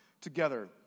together